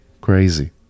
Crazy